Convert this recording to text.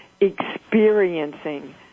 experiencing